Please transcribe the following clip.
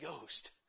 Ghost